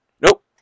Nope